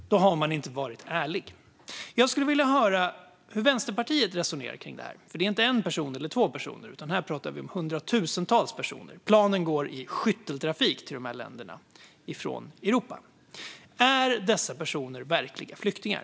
Då har man inte varit ärlig. Jag skulle vilja höra hur Vänsterpartiet resonerar kring detta. Det gäller nämligen inte en eller två personer, utan här pratar vi om hundratusentals personer. Planen går i skytteltrafik till de här länderna från Europa. Är dessa personer verkligen flyktingar?